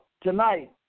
Tonight